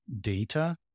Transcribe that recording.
data